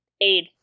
aid